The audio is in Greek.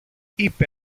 είπε